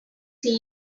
see